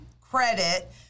credit